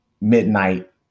midnight